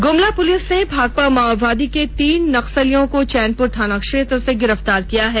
Gumla police ने भाकपा माओवादी के तीन नक्सलियों को चैनपुर थाना क्षेत्र से गिरफ्तार किया है